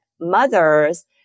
mothers